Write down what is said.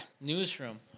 Newsroom